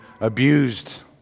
abused